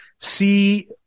see